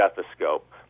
stethoscope